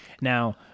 Now